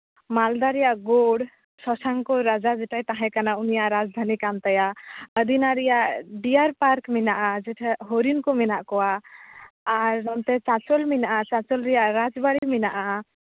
ᱢᱟᱞᱫᱟ ᱨᱮᱭᱟᱜ ᱜᱳᱲ ᱥᱚᱥᱟᱝᱠᱚ ᱨᱟᱡᱟ ᱡᱮᱴᱟᱭ ᱛᱟᱦᱮᱠᱟᱱᱟ ᱩᱱᱤᱭᱟᱜ ᱨᱟᱡᱽᱫᱷᱟᱱᱤ ᱠᱟᱱ ᱛᱟᱭᱟ ᱟᱹᱫᱤᱱᱟ ᱨᱮᱭᱟᱜ ᱰᱤᱭᱟᱨ ᱯᱟᱨᱠ ᱢᱮᱱᱟᱜᱼᱟ ᱡᱮᱴᱟ ᱦᱚᱨᱤᱱ ᱠᱚ ᱢᱮᱱᱟᱜ ᱠᱚᱣᱟ ᱟᱨ ᱚᱱᱛᱮ ᱪᱟᱛᱚᱞ ᱢᱮᱱᱟᱜᱼᱟ ᱪᱟᱛᱚᱞ ᱨᱮᱭᱟᱜ ᱨᱟᱡᱽᱵᱟᱲᱤ ᱢᱮᱱᱟᱜᱼᱟ